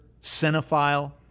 cinephile